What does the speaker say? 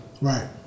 Right